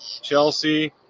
Chelsea